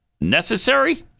necessary